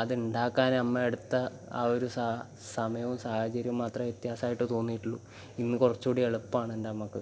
അത് ഉണ്ടാക്കാൻ അമ്മ എടുത്ത ആ ഒരു സാ സമയവും സാഹചര്യവും മാത്രമേ വ്യത്യസമായിട്ട് തോന്നിയിട്ടുള്ളൂ ഇന്ന് കുറച്ച് കൂടി എളുപ്പമാണ് എൻ്റെ അമ്മയ്ക്ക്